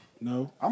No